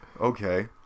Okay